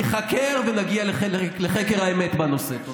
ייחקר ונגיע לחקר האמת בנושא.